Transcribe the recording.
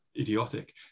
idiotic